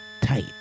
tight